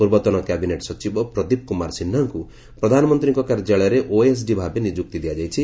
ପୂର୍ବତନ କ୍ୟାବିନେଟ୍ ସଚିବ ପ୍ରଦୀପ କୁମାର ସିହ୍ନାଙ୍କୁ ପ୍ରଧାନମନ୍ତ୍ରୀଙ୍କ କାର୍ଯ୍ୟାଳୟରେ ଓଏସ୍ଡି ଭାବେ ନିଯୁକ୍ତି ଦିଆଯାଇଛି